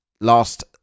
last